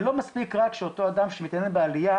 זה לא מספיק רק שאותו אדם שמתעניין בעלייה